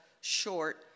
short